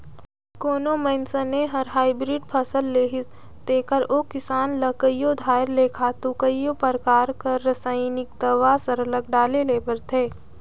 कोनो मइनसे हर हाईब्रिड फसिल लेहिस तेकर ओ किसान ल कइयो धाएर ले खातू कइयो परकार कर रसइनिक दावा सरलग डाले ले परथे